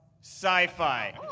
Sci-fi